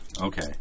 Okay